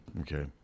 Okay